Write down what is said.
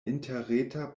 interreta